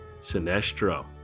Sinestro